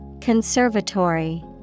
Conservatory